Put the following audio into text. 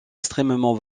extrêmement